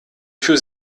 für